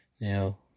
Now